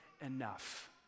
enough